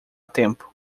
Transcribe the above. tempo